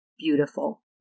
beautiful